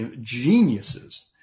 geniuses